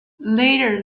later